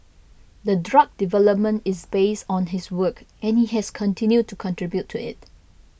the drug development is based on his work and he has continued to contribute to it